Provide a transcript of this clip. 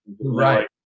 Right